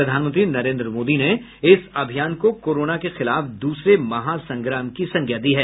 प्रधानमंत्री नरेन्द्र मोदी ने इस अभियान को कोरोना के खिलाफ दूसरे महासंग्राम की संज्ञा दी है